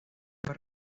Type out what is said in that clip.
fue